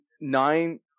nine